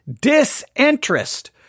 disinterest